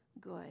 good